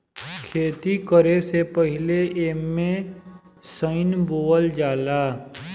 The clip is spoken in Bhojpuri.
खेती करे से पहिले एमे सनइ बोअल जाला